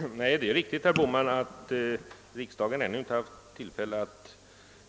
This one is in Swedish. Herr talman! Det är riktigt, herr Bohman, att riksdagen ännu inte haft tillfälle att